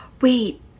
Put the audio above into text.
Wait